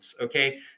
okay